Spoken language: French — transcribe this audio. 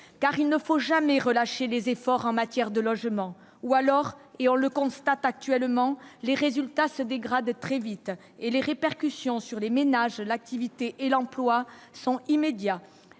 car il ne faut jamais relâcher les efforts en matière de logement ou alors, et on le constate actuellement les résultats se dégradent très vite et les répercussions sur les ménages, l'activité et l'emploi sont immédiats